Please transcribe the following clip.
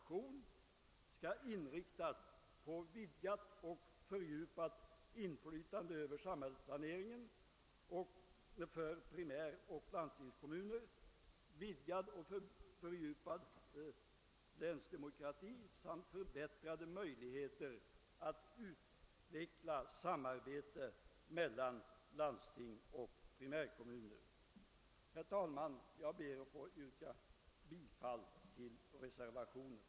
tion skulle inriktas på vidgat och fördjupat inflytande över samhällsplaneringen för primäroch landstingskommuner, vidgad och fördjupad länsdemokrati samt förbättrade möjligheter att utveckla samarbete mellan landsting och primärkommuner; 2. att landshövdingtjänsterna liksom nu även i framtiden skulle vara fullmaktstjänster,